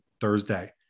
Thursday